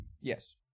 Yes